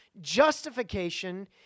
justification